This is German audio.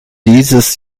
dieses